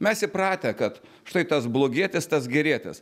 mes įpratę kad štai tas blogietis tas gerietis